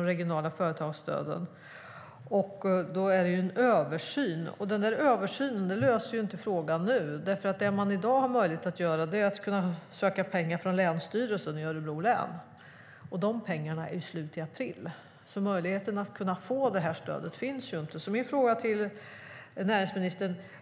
de regionala företagsstöden." Men den översynen löser inte frågan nu. Det man i dag har möjlighet att göra är att söka pengar från Länsstyrelsen i Örebro län, och de pengarna är slut i april. Möjligheten att få det här stödet finns inte.